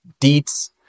deets